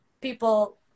people